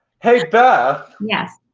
hey, beth. yes.